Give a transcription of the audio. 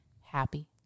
happy